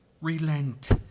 Relent